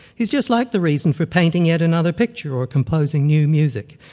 is just like the reason for painting yet another picture or composing new music,